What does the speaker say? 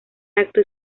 acto